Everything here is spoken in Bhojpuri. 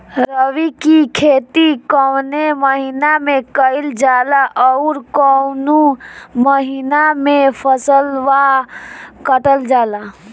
रबी की खेती कौने महिने में कइल जाला अउर कौन् महीना में फसलवा कटल जाला?